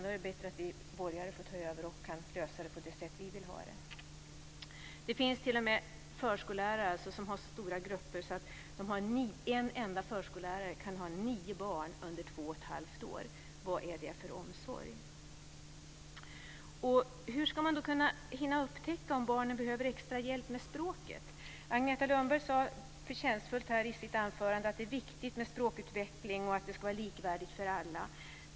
Det är bättre att vi borgare tar över och löser det på det sätt som vi vill ha det. Det finns t.o.m. förskollärare som har så stora grupper att en enda förskollärare kan ha nio barn under 2 1⁄2 år. Vad är det för omsorg? Hur ska man hinna upptäcka om barnen extra hjälp med språket? Agneta Lundberg sade förtjänstfullt i sitt anförande att det är viktigt med språkutveckling och att det ska vara likvärdigt för alla.